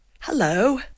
Hello